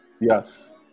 Yes